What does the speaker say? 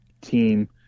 team